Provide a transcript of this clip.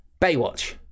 Baywatch